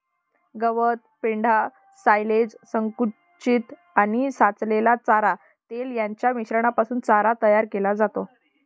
गवत, पेंढा, सायलेज, संकुचित आणि सोललेला चारा, तेल यांच्या मिश्रणापासून चारा तयार केला जातो